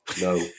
No